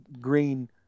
green